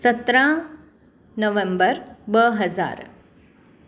सत्रहं नवम्बर ॿ हज़ार